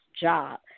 job